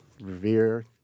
Revere